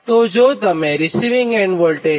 તો જો તમે રીસિવીંગ એન્ડ વોલ્ટેજ 10